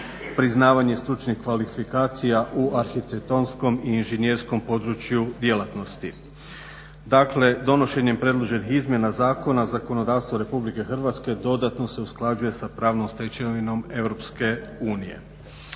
priznavanje stručnih kvalifikacija u arhitektonskom i inženjerskom području djelatnosti. Dakle, donošenjem predloženih izmjena zakona zakonodavstvo RH dodatno se usklađuje s pravnom stečevinom EU. Nadalje,